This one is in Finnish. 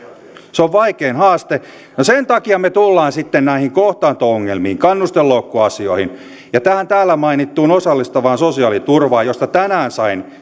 se on vaikein haaste ja sen takia me tulemme sitten näihin kohtaanto ongelmiin kannustinloukkuasioihin ja tähän täällä mainittuun osallistavaan sosiaaliturvaan josta tänään sain